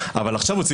עכשיו יש לו 800,000,